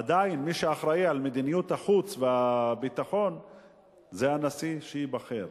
עדיין מי שאחראי למדיניות החוץ והביטחון זה הנשיא שייבחר.